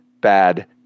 bad